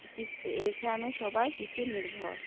কৃষি এইখানে সবাই কৃষি নির্ভর